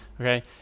okay